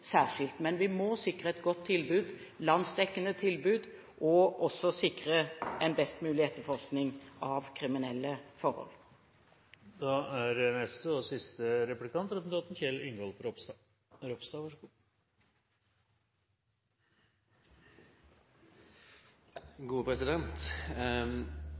Vi må sikre et godt, landsdekkende tilbud og en best mulig etterforskning av kriminelle forhold.